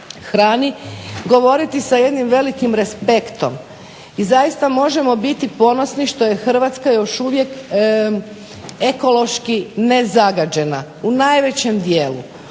hrani, govoriti sa jednim velikim respektom i zaista možemo biti ponosni što je Hrvatska još uvijek ekološki nezagađena u najvećem dijelu.